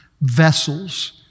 vessels